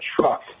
truck